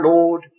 Lord